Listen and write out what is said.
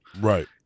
Right